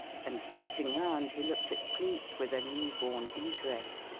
and, facing round, he looked at cleek with a new-born interest.